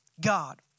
God